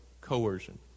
coercion